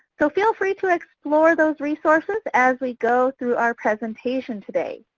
so feel free to explore those resources as we go through our presentation today.